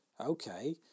okay